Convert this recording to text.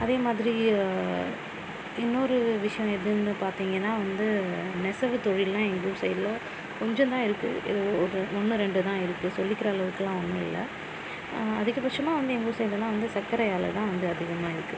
அதே மாதிரி இன்னொரு விஷியம் எதுன்னு பார்த்திங்கன்னா வந்து நெசவுத்தொழில்லாம் எங்கள் ஊர் சைடில் கொஞ்சம் தான் இருக்கு ஒரு ஒன்று ரெண்டு தான் இருக்கு சொல்லிக்கிற அளவுக்குலாம் ஒன்றும் இல்லை அதிகபட்சமாக வந்து எங்கள் ஊர் சைடுலலாம் வந்து சக்கரை ஆலை தான் வந்து அதிகமாக இருக்கு